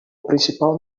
principal